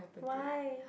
why